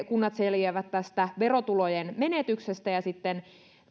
kunnat selviävät tästä verotulojen menetyksestä ja sitten